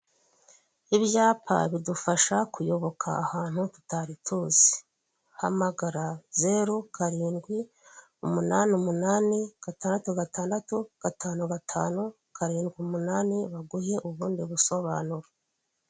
Ibyapa bidufasha kuyoboka ahantu tutari tuzi, hamagara zeru karindwi umunani umunani, gatandatu gatandatu, gatanu gatanu, karindwi umunani baguhe ubundi busobanuro.